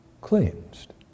cleansed